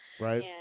Right